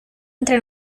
entre